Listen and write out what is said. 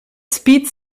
speed